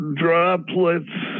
droplets